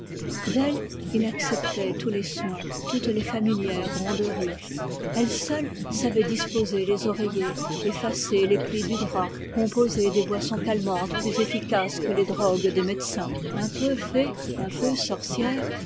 il acceptait tous les soins toutes les familières gronderies elle seule savait disposer les oreillers effacer les plis du drap composer des boissons calmantes plus efficaces que les drogues des médecins un peu fée un peu sorcière